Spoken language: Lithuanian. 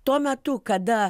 tuo metu kada